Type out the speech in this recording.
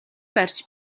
барьж